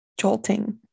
jolting